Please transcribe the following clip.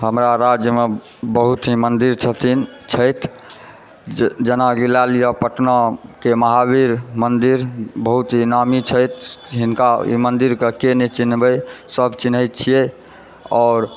हमरा राज्यमे बहुत ही मन्दिर छथिन छथि जे जेना कि लए लिअ पटनाके महावीर मन्दिर बहुत ही नामी छथि हिनका एहि मन्दिरकेँ के नहि चिन्हबै सभ चिन्हैत छियै आओर